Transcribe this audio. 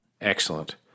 Excellent